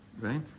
Right